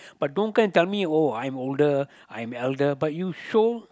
but don't come and tell me oh I'm older I'm elder but you show